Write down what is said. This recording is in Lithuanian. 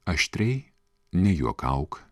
aštriai nejuokauk